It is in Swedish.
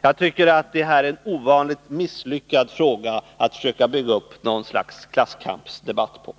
Jag tycker att det här är en ovanligt misslyckad fråga att bygga upp något slags klasskampsdebatt på.